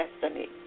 destiny